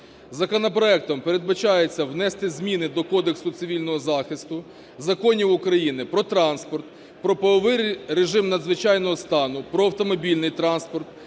Законопроектом передбачається внести зміни до Кодексу цивільного захисту, законів України: "Про транспорт", "Про правовий режим надзвичайного стану", "Про автомобільний транспорт",